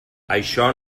això